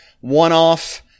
one-off